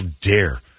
dare